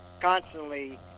constantly